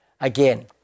Again